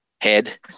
Head